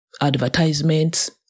advertisements